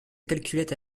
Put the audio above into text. calculette